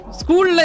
school